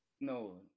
No